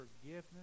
forgiveness